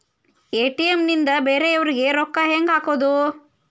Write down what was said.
ATM ನಿಂದ ಬೇರೆಯವರಿಗೆ ರೊಕ್ಕ ಹೆಂಗ್ ಹಾಕೋದು?